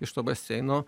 iš to baseino